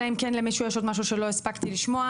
אלא אם כן למישהו יש עוד משהו שלא הספקתי לשמוע.